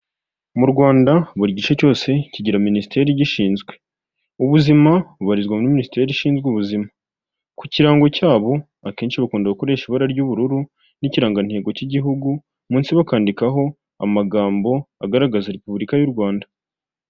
Mu Rwanda buri gice cyose kigira Minisiteri igishinzwe, ubuzima bubarizwa muri Minisiteri ishinzwe ubuzima, ku kirango cyabo akenshi bakunda gukoresha ibara ry'ubururu n'ikirangantego cy'igihugu, munsi bakandikaho amagambo agaragaza Repubulika y'u Rwanda.